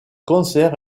concert